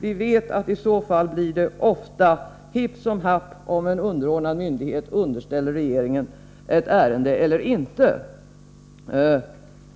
Vi vet att det i så fall ofta blir hipp som happ om en underordnad myndighet underställer regeringen ett ärende eller inte.